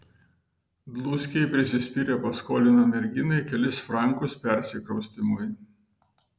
dluskiai prisispyrę paskolina merginai kelis frankus persikraustymui